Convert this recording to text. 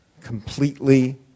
completely